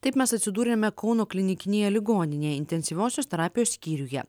taip mes atsidūrėme kauno klinikinėje ligoninėje intensyviosios terapijos skyriuje